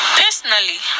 personally